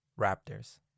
Raptors